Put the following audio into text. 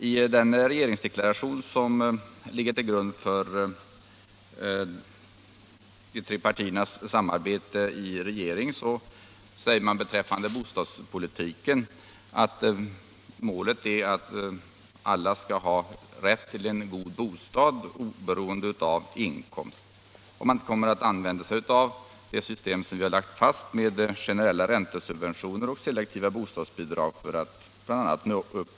I deklaration, som ligger till grund för de tre partiernas samarbete i regeringen, sägs det beträffande bostadspolitiken att målet är att alla skall ha rätt till en god bostad oberoende av inkomst. Man kommer att använda sig av det system som vi har lagt fast med generella subventioner och selektiva bostadsbidrag för att uppnå det målet.